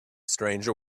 stranger